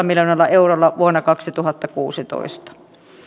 miljoonalla eurolla vuonna kaksituhattakuusitoista